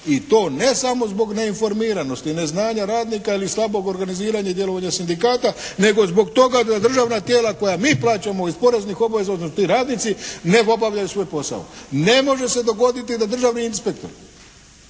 i to ne samo zbog neinformiranosti i neznanja radnika ili slabog organiziranja i djelovanja sindikata nego zbog toga da državna tijela koja mi plaćamo iz poreznih obaveza, odnosno ti radnici, ne obavljaju svoj posao. Ne može se dogoditi da državni inspektor